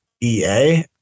EA